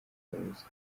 ubusa